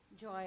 joy